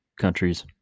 countries